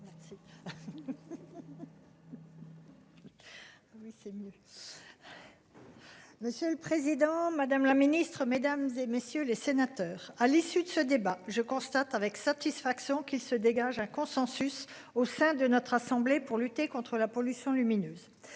minutes. Oui c'est mieux. Monsieur le Président Madame la Ministre Mesdames et messieurs les sénateurs. À l'issue de ce débat, je constate avec satisfaction qu'il se dégage un consensus au sein de notre assemblée pour lutter contre la pollution lumineuse.